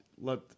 let